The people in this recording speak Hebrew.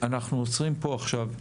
אנחנו עוצרים כאן עכשיו.